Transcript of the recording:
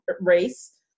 race